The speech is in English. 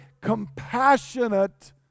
compassionate